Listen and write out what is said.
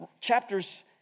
chapters